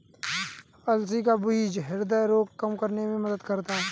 अलसी का बीज ह्रदय रोग कम करने में मददगार है